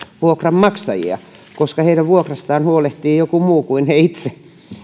vuokranmaksajia koska heidän vuokrastaan huolehtii joku muu kuin he itse